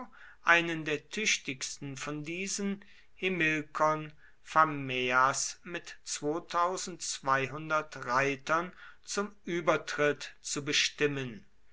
einen der tüchtigsten von diesen himilkon phameas mit reitern zum übertritt zu bestimmen